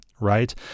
Right